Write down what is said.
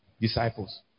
disciples